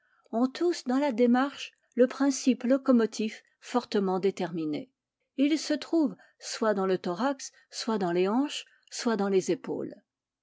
ont tous dans la démarche le principe locomotif fortement déterminé et il se trouve soit dans le thorax soit dans les hanches soit dans les épaules